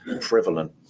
prevalent